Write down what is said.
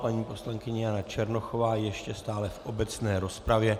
Paní poslankyně Jana Černochová ještě stále v obecné rozpravě.